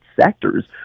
sectors